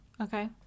Okay